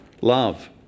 love